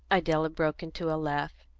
idella broke into a laugh,